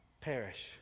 perish